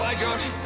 josh,